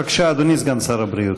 בבקשה, אדוני סגן שר הבריאות.